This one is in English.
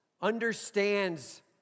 Understands